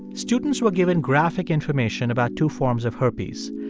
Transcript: students were given graphic information about two forms of herpes.